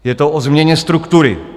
Je to o změně struktury.